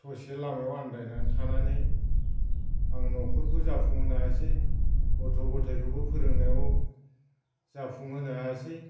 ससे लामायाव आनदायनानै थानानै आं न'खरखौ जाफुं होनो हायासै गथ' गथायखौबो फोरोंनायाव जाफुं होनो हायासै